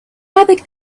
arabic